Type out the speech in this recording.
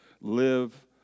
live